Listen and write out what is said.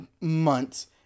months